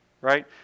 right